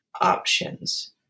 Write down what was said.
options